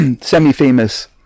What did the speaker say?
semi-famous